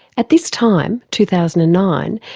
at this time, two thousand and nine,